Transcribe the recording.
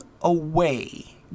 away